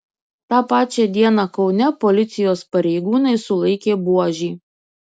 tą pačią dieną kaune policijos pareigūnai sulaikė buožį